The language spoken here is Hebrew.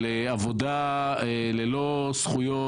של עבודה ללא זכויות.